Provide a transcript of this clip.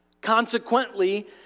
Consequently